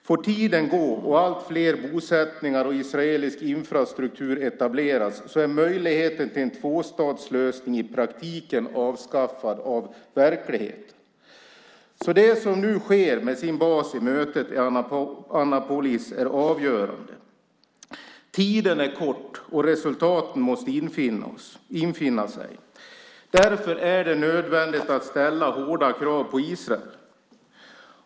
Får tiden gå och alltfler bosättningar och israelisk infrastruktur etableras är möjligheten till en tvåstatslösning i praktiken avskaffad av verkligheten. Det som nu sker, med sin bas i mötet i Annapolis, är avgörande. Tiden är kort, och resultaten måste infinna sig. Därför är det nödvändigt att ställa hårda krav på Israel.